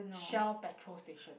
shell petrol station